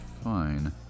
fine